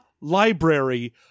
library